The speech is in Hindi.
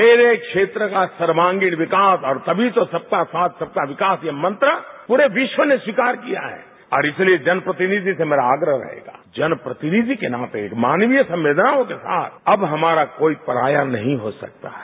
मेरे क्षेत्र का सर्वागीण विकास और तमी तो सबका साथ सबका विकास ये मंत्र पूरे विश्व ने स्वीकार किया है और इसलिए जन प्रतिनिधि से मेरा आग्रह जन प्रतिनिधि के नाते मानवीय संवेदनाओं के साथ हमारा कोई पराया नहीं हो सकता है